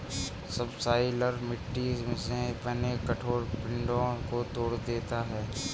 subsoiler मिट्टी से बने कठोर पिंडो को तोड़ देता है